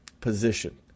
position